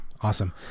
Awesome